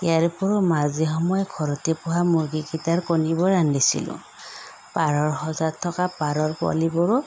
ইয়াৰ উপৰিও মাজেসময়ে ঘৰতে পোহা মূৰ্গীকেইটাৰ কণীবোৰ ৰান্ধিছিলোঁ পাৰৰ সঁজাত থকা পাৰৰ পোৱালীবোৰো